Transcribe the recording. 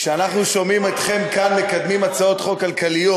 כשאנחנו שומעים אתכם כאן מקדמים הצעות חוק כלכליות,